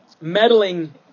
Meddling